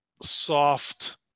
soft